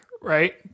right